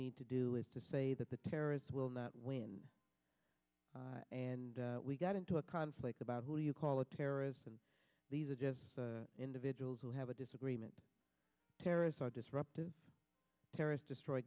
need to do is to say that the terrorists will not win and we got into a conflict about who you call a terrorist and these are just individuals who have a disagreement terrorists are disruptive terrorist destroy